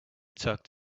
tucked